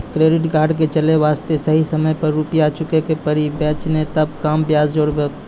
Credit card के चले वास्ते सही समय पर रुपिया चुके के पड़ी बेंच ने ताब कम ब्याज जोरब?